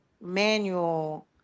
manual